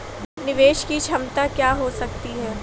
निवेश की क्षमता क्या हो सकती है?